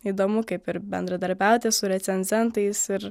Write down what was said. įdomu kaip ir bendradarbiauti su recenzentais ir